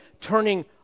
turning